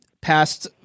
past